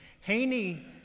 Haney